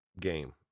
game